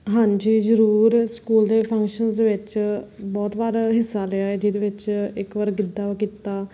ਹਾਂਜੀ ਜ਼ਰੂਰ ਸਕੂਲ ਦੇ ਫ਼ੰਕਸ਼ਨ ਦੇ ਵਿੱਚ ਬਹੁਤ ਵਾਰ ਹਿੱਸਾ ਲਿਆ ਹੈ ਜਿਹਦੇ ਵਿੱਚ ਇੱਕ ਵਾਰ ਗਿੱਧਾ ਕੀਤਾ